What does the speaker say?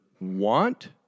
want